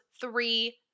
three